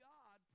God